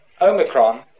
omicron